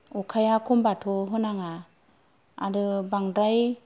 अखाया खमब्लाथ' होनाङा आरो बांद्राय